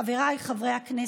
חבריי חברי הכנסת,